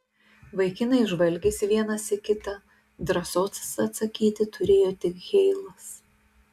vaikinai žvalgėsi vienas į kitą drąsos atsakyti turėjo tik heilas